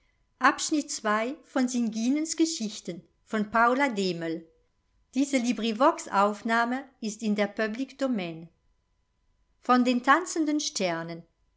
draußen in der großen welt von den tanzenden sternen